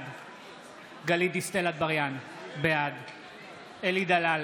בעד גלית דיסטל אטבריאן, בעד אלי דלל,